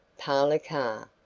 parlor car,